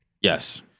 Yes